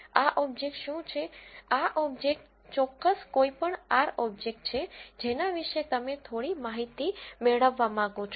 આ ઓબ્જેક્ટ શું છે આ ઓબ્જેક્ટ ચોક્કસ કોઈ પણ R ઓબ્જેક્ટ છે જેના વિશે તમે થોડી માહિતી મેળવવા માંગો છો